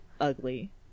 ugly